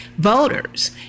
Voters